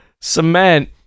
cement